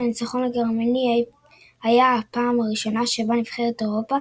והניצחון הגרמני היה הפעם הראשונה שבה נבחרת אירופית